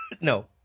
No